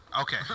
Okay